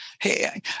hey